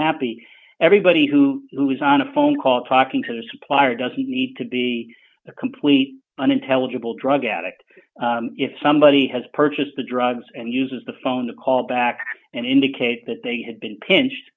happy everybody who lose on a phone call talking to the supplier doesn't need to be a complete unintelligible drug addict if somebody has purchased the drugs and uses the phone to call back and indicate that they had been